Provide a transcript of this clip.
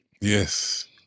Yes